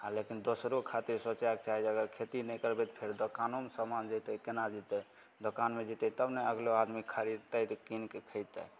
लेकिन दोसरो खातिर सोचयके चाही जे अगर खेती नहि करबइ तऽ फेर दोकानोमे समान जेतइ केना जेतइ दोकानमे जेतइ तबने अगिलो आदमी खरीदतै तऽ कीनकऽ खेतइ